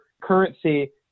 currency